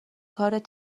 کارد